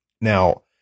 Now